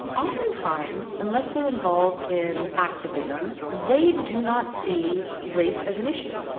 oftentimes, unless they're involved in activism, they do not see race as an issue.